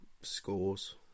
scores